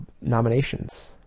nominations